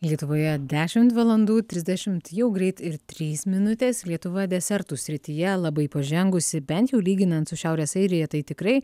lietuvoje dešimt valandų trisdešimt jau greit ir trys minutės lietuva desertų srityje labai pažengusi bent jau lyginant su šiaurės airija tai tikrai